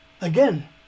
Again